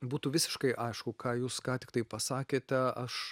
būtų visiškai aišku ką jūs ką tiktai pasakėte aš